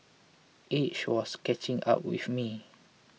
age was catching up with me